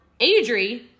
Adri